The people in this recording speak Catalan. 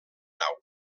nau